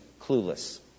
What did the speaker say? clueless